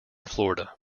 florida